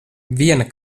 viena